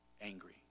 angry